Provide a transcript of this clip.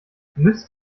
müsst